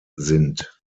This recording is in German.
sind